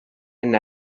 and